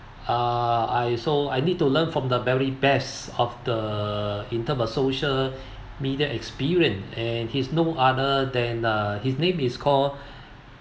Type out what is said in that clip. uh I so I need to learn from the very best of the in terms of social media experience and he's no other than uh his name is call